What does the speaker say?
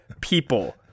people